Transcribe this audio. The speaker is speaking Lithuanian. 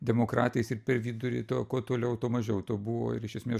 demokratais ir per vidurį to kuo toliau tuo mažiau to buvo ir iš esmės